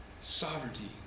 sovereignty